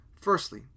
Firstly